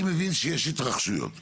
אני מבין שיש התרחשויות.